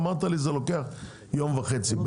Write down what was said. ואמרת שזה לוקח בערך יום וחצי.